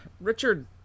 Richard